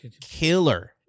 killer